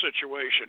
situation